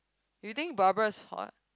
you think Barbara is hot